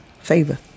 Favor